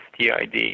TID